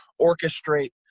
orchestrate